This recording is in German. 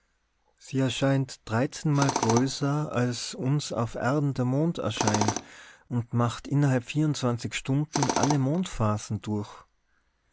sie erscheint dreizehnmal größer als uns auf erden der mond erscheint und macht innerhalb stunden alle mondphasen durch